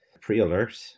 Pre-alert